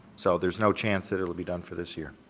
so, there's no chance that it will be done for this year.